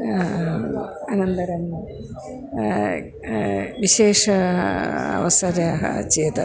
अनन्तरं विशेषः अवसरः चेत्